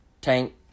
Tank